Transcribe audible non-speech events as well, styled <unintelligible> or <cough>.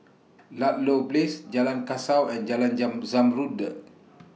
Ludlow Place Jalan Kasau and Jalan <unintelligible> Zamrud